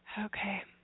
okay